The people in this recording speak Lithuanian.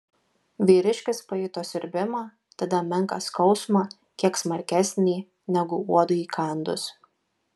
vyriškis pajuto siurbimą tada menką skausmą kiek smarkesnį negu uodui įkandus